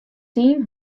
team